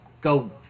go